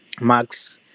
max